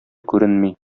күренми